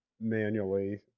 manually